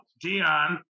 Dion